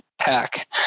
pack